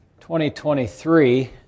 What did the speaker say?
2023